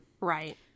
Right